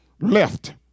left